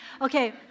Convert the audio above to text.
Okay